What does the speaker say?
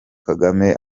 kagame